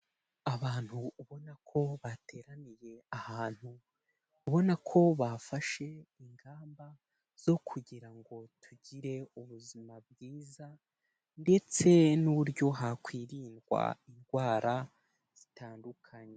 Abantu ubona ko bateraniye ahantu, ubona ko bafashe ingamba zo kugira ngo tugire ubuzima bwiza ndetse n'uburyo hakwirindwa indwara zitandukanye.